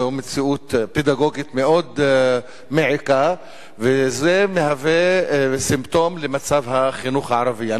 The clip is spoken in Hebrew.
זו מציאות פדגוגית מאוד מעיקה וזה מהווה סימפטום למצב החינוך הערבי.